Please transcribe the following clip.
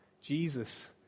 Jesus